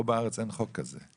פה בארץ אין חוק כזה.